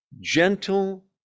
gentle